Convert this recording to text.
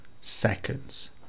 seconds